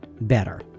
better